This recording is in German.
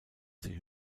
sich